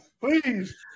Please